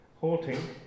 halting